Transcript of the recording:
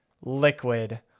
liquid